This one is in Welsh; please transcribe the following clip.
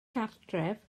cartref